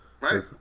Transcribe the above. right